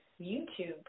YouTube